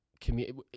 community